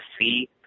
see